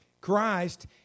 Christ